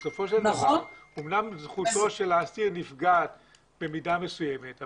אמנם זכותו של האסיר נפגעת במידה מסוימת,